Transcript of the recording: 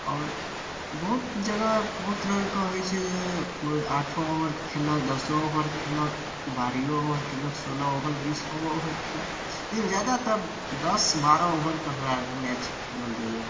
आओर बहुत जगह बहुत रङ्गके होइ छै जे कोइ आठो ओवरके खेललक दसो ओवर खेललक बारइयो ओवर खेललक सोलह ओवर बीस ओवर खेललक लेकिन जादातर दस बारह ओवरके हमरा अरके मैच खेलल जाइ यऽ